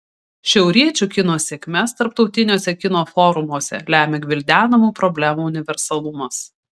šiauriečių kino sėkmes tarptautiniuose kino forumuose lemia gvildenamų problemų universalumas